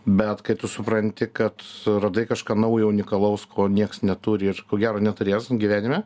bet kai tu supranti kad radai kažką naujo unikalaus ko nieks neturi ir ko gero neturės gyvenime